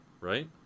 right